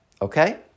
Okay